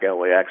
LAX